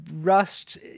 rust